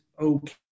okay